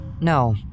No